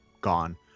gone